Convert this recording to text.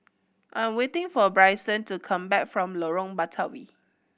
I'm waiting for Bryson to come back from Lorong Batawi